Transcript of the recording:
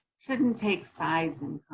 shouldn't take sides and